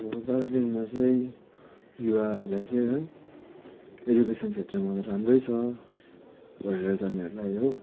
हामीहरू दार्जिलिङमा चाहिँ युवाहरूलाई चाहिँ है एजुकेसन क्षेत्रमा राम्रै छ पढेर जानेहरूलाई हो